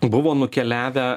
buvo nukeliavę